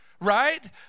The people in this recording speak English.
right